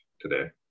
today